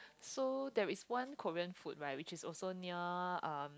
so there's one Korean food right which is also near um